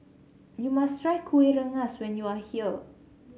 you must try Kueh Rengas when you are here